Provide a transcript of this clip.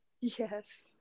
yes